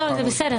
לא, זה בסדר.